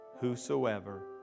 Whosoever